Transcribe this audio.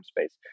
space